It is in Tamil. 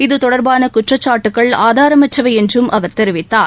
இதுதொடர்பான குற்றச்சாட்டுக்கள் ஆதாரமற்றவை என்றும் அவர் தெரிவித்தார்